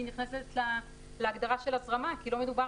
היא נכנסת להגדרה של הזרמה כי לא מדובר